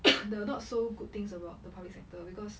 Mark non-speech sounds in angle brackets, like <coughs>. <coughs> the not so good things about the public sector because